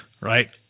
right